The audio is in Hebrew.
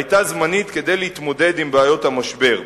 היתה זמנית כדי להתמודד עם בעיות המשבר.